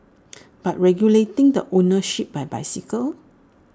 but regulating the ownership bicycles